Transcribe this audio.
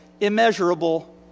immeasurable